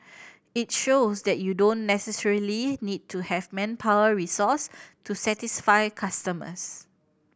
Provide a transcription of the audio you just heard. it shows that you don't necessarily need to have manpower resource to satisfy customers